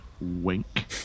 Wink